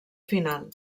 final